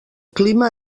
clima